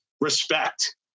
respect